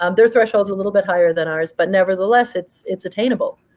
um they're threshold's a little bit higher than ours, but nevertheless, it's it's attainable.